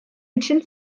için